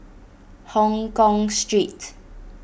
Hongkong Street